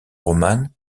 romane